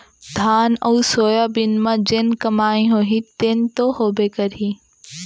धान अउ सोयाबीन म जेन कमाई होही तेन तो होबे करही